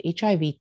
HIV